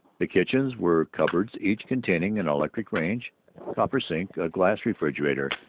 the kitchens were cupboards each containing an electric range, a copper sink, a glass refrigerator,